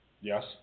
yes